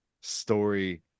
story